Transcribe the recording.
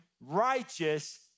righteous